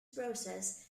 process